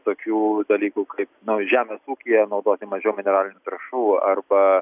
tokių dalykų kaip nu žemės ūkyje naudoti mažiau mineralinių trąšų arba